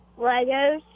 Legos